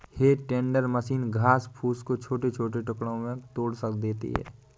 हे tender machine घास फूस को छोटे छोटे टुकड़ों में तोड़ देती है